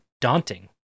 daunting